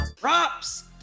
Props